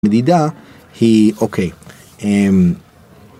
מדידה היא אוקיי.